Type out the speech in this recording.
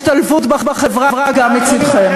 השתלבות בחברה גם מצדכם.